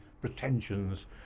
Pretensions